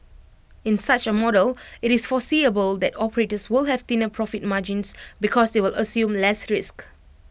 in such A model IT is foreseeable that operators will have thinner profit margins because they will assume less risk